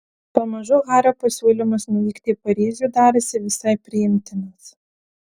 pamažu hario pasiūlymas nuvykti į paryžių darėsi visai priimtinas